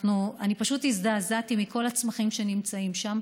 אני פשוט הזדעזעתי מכל הצמחים שנמצאים שם.